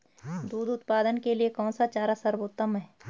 दूध उत्पादन के लिए कौन सा चारा सर्वोत्तम है?